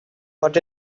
but